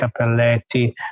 cappelletti